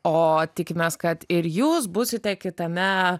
o tikimės kad ir jūs būsite kitame